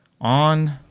on